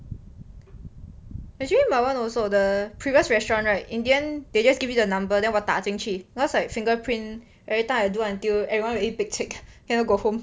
actually my one also the previous restaurant right in the end they just give you the number then 我打进去 then I was like fingerprint every time I do until everyone already pekcek cannot go home